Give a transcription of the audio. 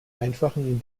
einfachen